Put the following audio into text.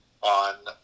on